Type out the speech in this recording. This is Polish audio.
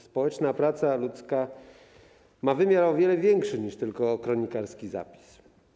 Społeczna praca ludzka ma wymiar o wiele większy niż tylko kronikarski zapis.